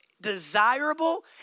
desirable